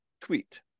tweet